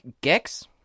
Gex